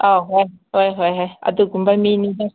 ꯑꯥ ꯍꯣꯏ ꯍꯣꯏ ꯍꯣꯏ ꯍꯣꯏ ꯑꯗꯨꯒꯨꯝꯕ ꯃꯤꯅꯤꯗ